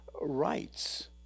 rights